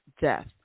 death